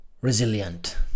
resilient